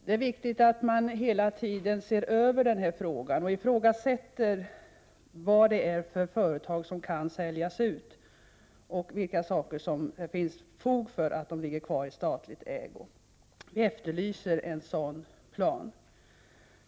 Det är viktigt att man hela tiden ser över den här frågan och samtidigt undersöker vilka företag som kan säljas ut och vilka företag som det finns fog för att behålla i statens ägo. Vi efterlyser en sådan plan.